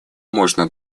можно